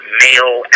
male